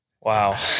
Wow